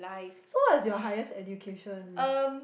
so what is your highest education